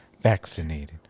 vaccinated